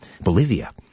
Bolivia